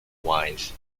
wise